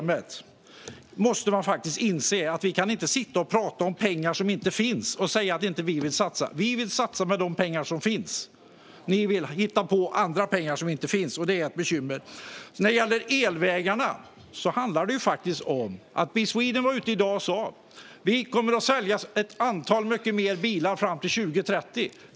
Man måste faktiskt inse att man inte kan sitta och tala om pengar som inte finns och säga att vi inte vill satsa. Vi vill göra satsningar med de pengar som finns. Ni vill hitta på pengar som inte finns, och det är ett bekymmer. När det gäller elvägarna gick Bil Sweden i dag ut och sa att man kommer att sälja mycket fler bilar fram till 2030.